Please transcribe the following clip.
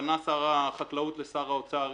פנה שר החקלאות לשר האוצר,